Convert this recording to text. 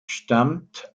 stammt